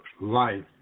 life